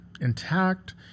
intact